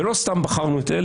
ולא סתם בחרנו את אלה,